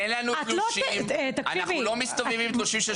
אין לנו תלושים, אנחנו לא מסתובבים עם תלושים.